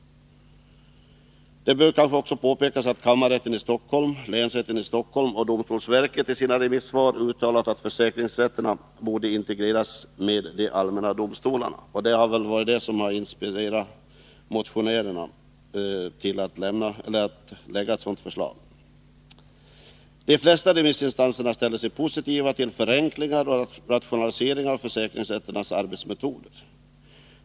Det bör också framhållas att kammarrätten i Stockholm, länsrätten i Stockholm och domstolsverket i sina remissvar har uttalat att försäkringsrätterna borde integreras med de allmänna domstolarna. Detta torde ha inspirerat motionärerna att framlägga sitt förslag. De flesta remissinstanserna ställer sig positiva till förenklingar och rationaliseringar av försäkringsrätternas arbetsmetoder.